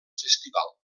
festival